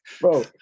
Bro